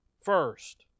first